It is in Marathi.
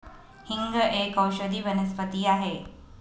हिंग एक औषधी वनस्पती आहे